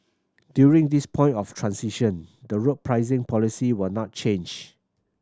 during this point of transition the road pricing policy will not change